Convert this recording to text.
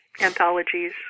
anthologies